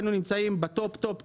היינו נמצאים בטופ טופ מקדימה,